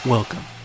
Welcome